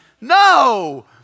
No